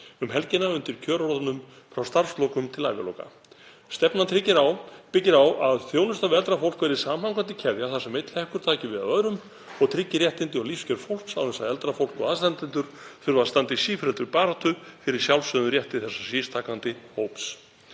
um helgina undir kjörorðunum: Frá starfslokum til æviloka. Stefnan byggir á að þjónusta við eldra fólk verði samhangandi keðja þar sem einn hlekkur taki við af öðrum og tryggi réttindi og lífskjör fólks án þess að eldra fólk og aðstandendur þurfi að standa í sífelldri baráttu fyrir sjálfsögðum rétti þessa sístækkandi hóps.